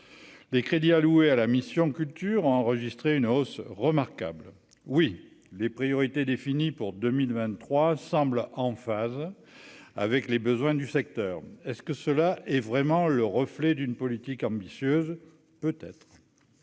les crédits alloués à la mission culture a enregistré une hausse remarquable oui les priorités définies pour 2023 semble en phase avec les besoins du secteur est-ce que cela est vraiment le reflet d'une politique ambitieuse, peut-être,